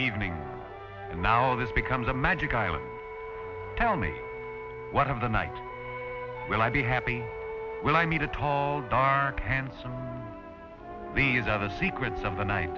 evenings now this becomes a magic island tell me one of the night will i be happy when i meet a tall dark handsome who these other secrets of the night